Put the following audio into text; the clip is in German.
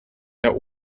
der